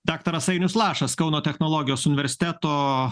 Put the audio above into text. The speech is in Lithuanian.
daktaras ainius lašas kauno technologijos universiteto